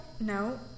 No